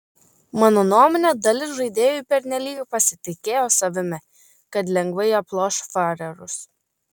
mano nuomone dalis žaidėjų pernelyg pasitikėjo savimi kad lengvai aploš farerus